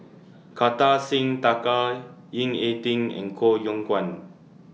Kartar Singh Thakral Ying E Ding and Koh Yong Guan